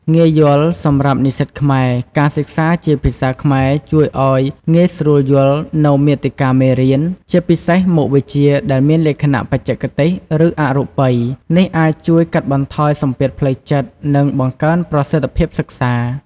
ងាយយល់ សម្រាប់និស្សិតខ្មែរ ការសិក្សាជាភាសាខ្មែរជួយឱ្យងាយស្រួលយល់នូវមាតិកាមេរៀន ជាពិសេសមុខវិជ្ជាដែលមានលក្ខណៈបច្ចេកទេស ឬអរូបី។ នេះអាចជួយកាត់បន្ថយសម្ពាធផ្លូវចិត្ត និងបង្កើនប្រសិទ្ធភាពសិក្សា។